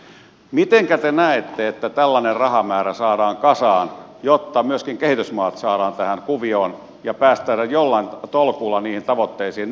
miten te näette että tällainen rahamäärä saadaan kasaan jotta myöskin kehitysmaat saadaan tähän kuvioon ja päästään jollain tolkulla niihin tavoitteisiin